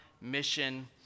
mission